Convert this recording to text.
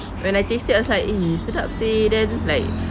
when I taste it I was like eh sedap seh then like